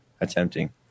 attempting